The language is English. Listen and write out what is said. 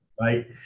right